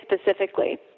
specifically